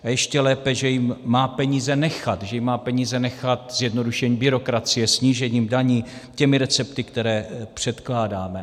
A ještě lépe, že jim má peníze nechat, že jim má peníze nechat zjednodušením byrokracie, snížením daní, těmi recepty, které předkládáme.